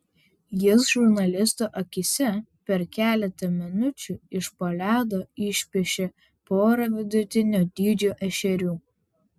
jis žurnalistų akyse per keletą minučių iš po ledo išpešė porą vidutinio dydžio ešerių